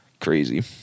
Crazy